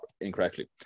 incorrectly